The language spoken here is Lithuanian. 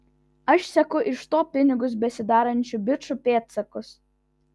aš seku iš to pinigus besidarančių bičų pėdsakus